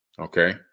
Okay